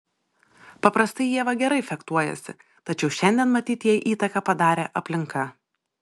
paprastai ieva gerai fechtuojasi tačiau šiandien matyt jai įtaką padarė aplinka